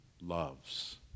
loves